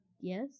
yes